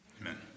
Amen